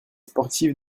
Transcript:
sportives